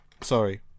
Sorry